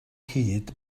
hyd